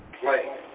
Play